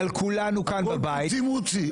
שני חוקים בשנייה ושלישית אושרו לך.